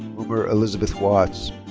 rumor elizabeth watts.